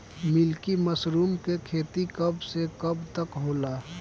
Milky mushroom के खेती कब से कब तक होला?